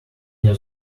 near